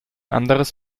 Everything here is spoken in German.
anderes